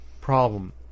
problem